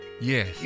Yes